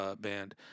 band